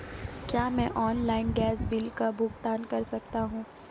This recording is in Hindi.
क्या मैं ऑनलाइन गैस बिल का भुगतान कर सकता हूँ?